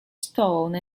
stone